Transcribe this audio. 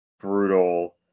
brutal